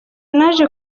naje